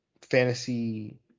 fantasy